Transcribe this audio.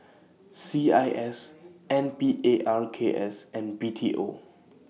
C I S N P A R K S and B T O